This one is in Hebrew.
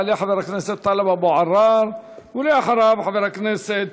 יעלה חבר הכנסת טלב אבו עראר, ואחריו, חבר הכנסת